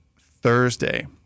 Thursday